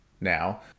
now